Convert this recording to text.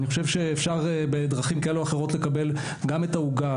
אני חושב שאפשר בדרכים כאלה או אחרות לקבל גם את העוגה,